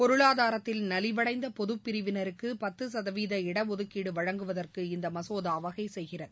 பொருளாதாரத்தில் நலிவடைந்த பொதப் பிரிவினருக்கு பத்து சதவீத இடஒதுக்கீடு வழங்குவதற்கு இந்த மசோதா வகை செய்கிறது